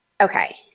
okay